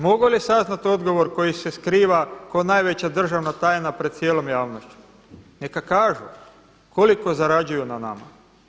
Mogu li saznati odgovor koji se skriva kao najveća državna tajna pred cijelom javnošću, neka kažu koliko zarađuju na nama.